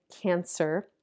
cancer